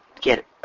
get